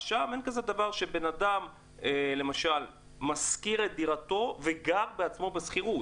אז שם אין כזה דבר שבן אדם למשל משכיר את דירתו וגר בעצמו בשכירות.